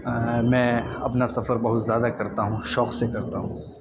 میں اپنا سفر بہت زیادہ کرتا ہوں شوق سے کرتا ہوں